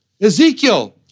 Ezekiel